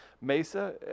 Mesa